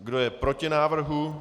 Kdo je proti návrhu?